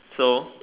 so